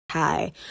Hi